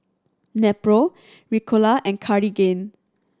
Nepro Ricola and Cartigain